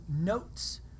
notes